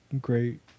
great